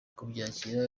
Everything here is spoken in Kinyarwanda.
kubyakira